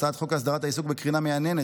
הצעת חוק הסדרת העיסוק בקרינה מייננת,